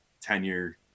tenure